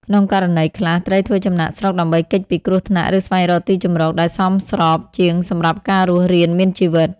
ក្នុងករណីខ្លះ ត្រីធ្វើចំណាកស្រុកដើម្បីគេចពីគ្រោះថ្នាក់ ឬស្វែងរកទីជម្រកដែលសមស្របជាងសម្រាប់ការរស់រានមានជីវិត។